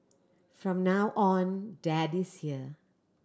from now on dad is here